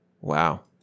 Wow